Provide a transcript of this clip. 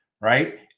right